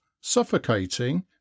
suffocating